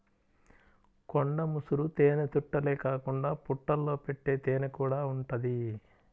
కొండ ముసురు తేనెతుట్టెలే కాకుండా పుట్టల్లో పెట్టే తేనెకూడా ఉంటది